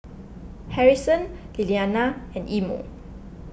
Harrison Lilliana and Imo